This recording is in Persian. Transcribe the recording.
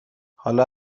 حالا